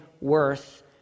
worth